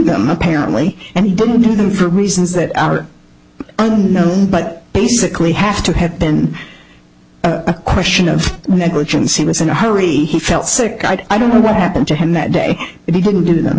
apparently and he didn't do them for reasons that are unknown but basically have to have been a question of negligence he was in a hurry he felt sick i don't know what happened to him that day and he didn't do th